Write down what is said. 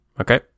Okay